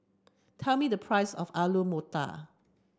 tell me the price of Alu Matar